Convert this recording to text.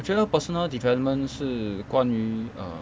我觉得 personal development 是关于 err